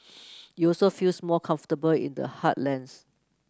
you also feels more comfortable in the heartlands